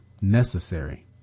necessary